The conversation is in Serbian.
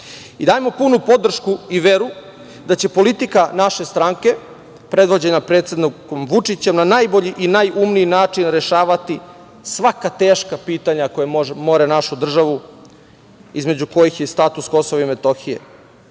Pavle. Dajmo punu podršku i veru da će politika naše stranke, predvođena predsednikom Vučićem, na najbolji i najumniji način rešavati svaka teška pitanja koja more našu državu, između kojih je i status KiM.On će